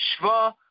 Shva